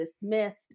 dismissed